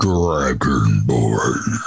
Dragonborn